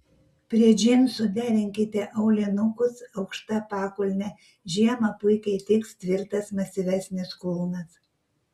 prie džinsų derinkite aulinukus aukšta pakulne žiemą puikiai tiks tvirtas masyvesnis kulnas